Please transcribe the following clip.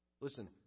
Listen